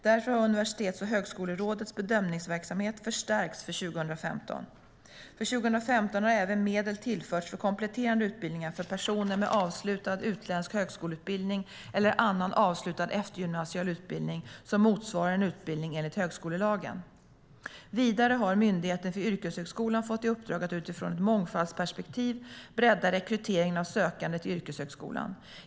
Därför har Universitets och högskolerådets bedömningsverksamhet förstärkts för 2015. För 2015 har även medel tillförts för kompletterande utbildningar för personer med avslutad utländsk högskoleutbildning eller annan avslutad eftergymnasial utbildning som motsvarar en utbildning enligt högskolelagen. Vidare har Myndigheten för yrkeshögskolan fått i uppdrag att utifrån ett mångfaldsperspektiv bredda rekryteringen av sökande till yrkeshögskolan.